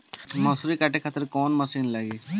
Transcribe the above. मसूरी काटे खातिर कोवन मसिन लागी?